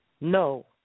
No